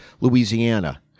Louisiana